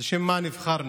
אז לשם מה נבחרנו?